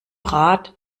rad